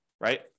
right